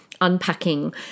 unpacking